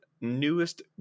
newest